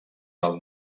del